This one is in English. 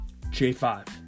J5